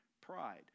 pride